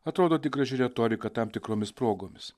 atrodo tik graži retorika tam tikromis progomis